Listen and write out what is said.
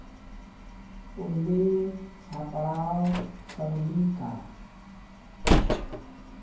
ᱚᱞᱤ ᱥᱟᱯᱲᱟᱣ ᱛᱟ ᱞᱤᱠᱟ